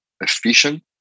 efficient